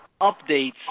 updates